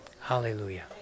Hallelujah